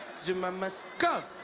zuma must go!